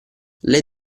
lei